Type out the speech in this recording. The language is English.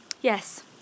Yes